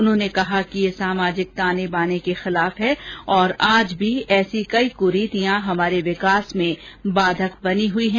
उन्होंने कहा कि यह सामाजिक तानेबाने के खिलाफ है और आज भी ऐसी कई क्रीतियां हमारे विंकास में बाधक बनी हुई हैं